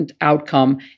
outcome